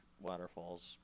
waterfalls